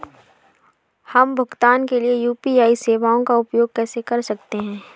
हम भुगतान के लिए यू.पी.आई सेवाओं का उपयोग कैसे कर सकते हैं?